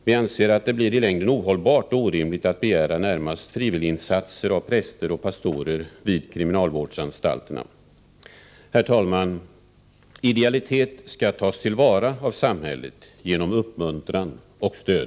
Vi anser att det i längden blir ohållbart och orimligt att begära närmast frivilliginsatser av präster och pastorer vid kriminalvårdsanstalterna. Herr talman! Idealitet skall tas till vara av samhället genom uppmuntran och stöd.